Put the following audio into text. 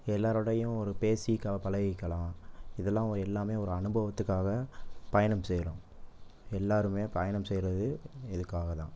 எல்லாரோடையும் ஒரு பேசி க பழகிக்கலாம் இதெல்லாம் எல்லாமே ஒரு அனுபவத்துக்காக பயணம் செய்கிறோம் எல்லாருமே பயணம் செய்கிறது இதுக்காக தான்